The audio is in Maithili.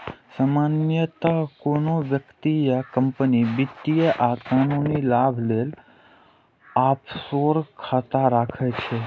सामान्यतः कोनो व्यक्ति या कंपनी वित्तीय आ कानूनी लाभ लेल ऑफसोर खाता राखै छै